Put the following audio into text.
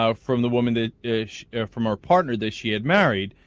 ah from the woman did ish there from our partner this year married